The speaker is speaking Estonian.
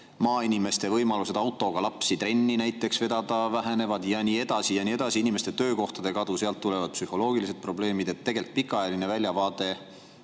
Maainimeste võimalused autoga lapsi trenni vedada näiteks vähenevad ja nii edasi. Inimeste töökohtade kadu – sellest tulevad psühholoogilised probleemid. Tegelikult pikaajaline väljavaade